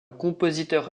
compositeur